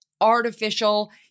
artificial